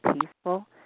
peaceful